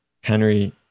henry